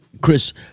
Chris